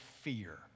fear